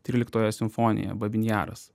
tryliktoje simfonijoje babyn jaras